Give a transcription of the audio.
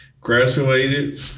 graduated